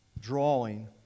drawing